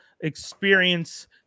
experience